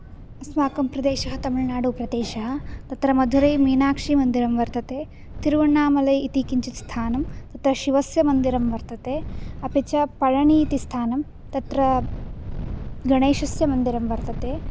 अस्माकं प्रदेशः तमिळुनाडुप्रदेशः तत्र मधुरै मीनाक्षी मन्दिरं वर्तते तिरुवण्णामलै इति किञ्चित् स्थानं तत्र शिवस्य मन्दिरं वर्तते अपि च पळनि इति स्थानं तत्र गणेशस्य मन्दिरं वर्तते